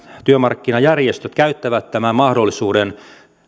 työmarkkinajärjestöt käyttävät tämän mahdollisuuden